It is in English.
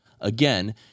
Again